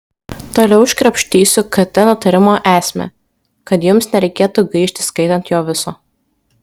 toliau iškrapštysiu kt nutarimo esmę kad jums nereikėtų gaišti skaitant jo viso